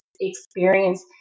experience